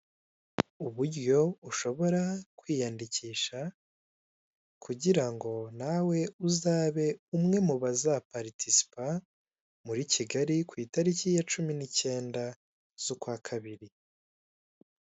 Uburyo ushobora kwiyandikisha kugira ngo nawe uzabe umwe mubazaparitisipa muri kigali kwitaliki ya cumi nikenda z'ukwakabiri.